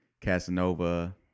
Casanova